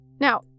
Now